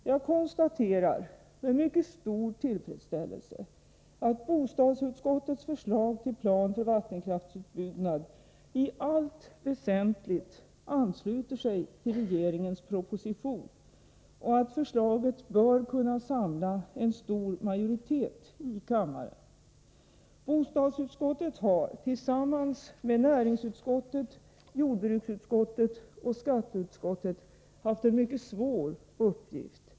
Jag konstaterar med mycket stor tillfredsställelse att bostadsutskottets förslag till plan för vattenkraftsutbyggnad i allt väsentligt ansluter sig till regeringens proposition och att förslaget bör kunna samla en stor majoritet i kammaren. Bostadsutskottet har tillsammans med näringsutskottet, jordbruksutskottet och skatteutskottet haft en mycket svår uppgift.